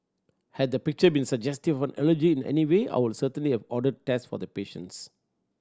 had the picture been suggestive of an allergy in any way I would certainly have ordered test for the patients